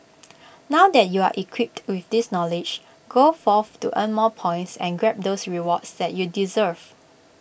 now that you're equipped with this knowledge go forth to earn more points and grab those rewards that you deserve